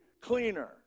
cleaner